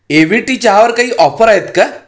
ए V T चहावर काही offer आहेत का